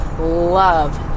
love